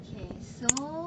K so